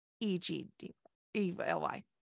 e-g-d-e-l-y